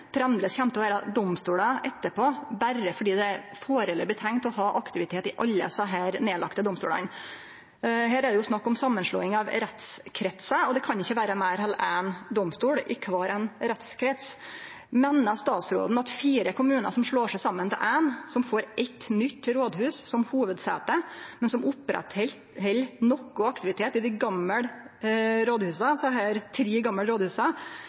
kjem til å vere domstolar etterpå berre fordi det foreløpig er tenkt å ha aktivitet i alle desse nedlagde domstolane. Her er det snakk om samanslåing av rettskretsar, og det kan ikkje vere meir enn ein domstol i kvar rettskrets. Meiner statsråden at fire kommunar som slår seg saman til éin, og som får eitt nytt rådhus som hovudsete, men som opprettheld noko aktivitet i dei tre gamle rådhusa, framleis er fire kommunar, berre fordi ein har oppretthalde noko aktivitet i dei tre gamle rådhusa,